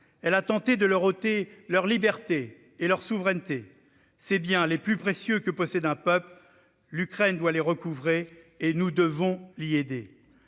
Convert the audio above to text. Elle a tenté de leur ôter leur liberté et leur souveraineté. Ces biens les plus précieux que possède un peuple, l'Ukraine doit les recouvrer et nous devons l'y aider.